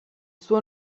suo